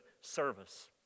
service